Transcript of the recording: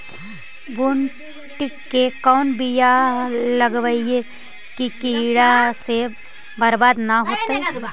बुंट के कौन बियाह लगइयै कि कीड़ा से बरबाद न हो?